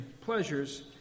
pleasures